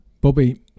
Bobby